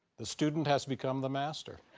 the student has become the master